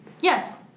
Yes